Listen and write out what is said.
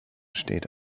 steht